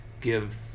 give